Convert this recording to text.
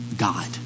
God